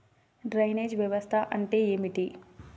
Drainage వ్యవస్థ అంటే ఏమిటి?